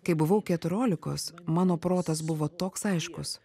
kai buvau keturiolikos mano protas buvo toks aiškus